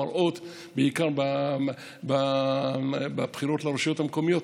בעיקר בבחירות לרשויות המקומיות,